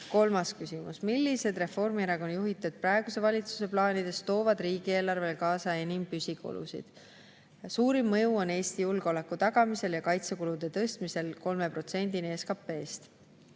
Kolmas küsimus: "Millised Reformierakonna juhitud praeguse valitsuse plaanidest toovad riigieelarvele kaasa enim püsikulusid?" Suurim mõju on Eesti julgeoleku tagamisel ja kaitsekulude tõstmisel 3%-ni SKP-st